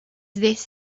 this